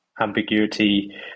ambiguity